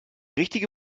richtige